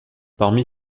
parmi